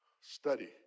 Study